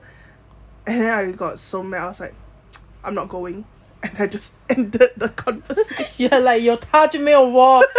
and then I got so mad I was like I'm not going and I just ended the conversation